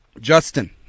Justin